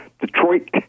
Detroit